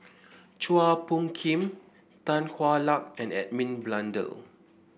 Chua Phung Kim Tan Hwa Luck and Edmund Blundell